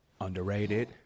underrated